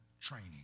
training